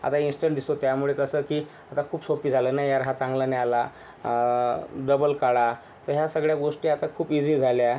आता इन्स्टंट दिसतो त्यामुळे कसं की आता खूप सोपी झालं नाही यार हा चांगला नाही आला डबल काढा तर ह्या सगळ्या गोष्टी आता खूप इझी झाल्या